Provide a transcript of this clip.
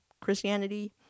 christianity